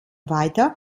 weiter